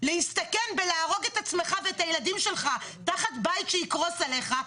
להסתכל בלהרוג את עצמך ואת הילדים שלך תחת בית שיקרוס עליך,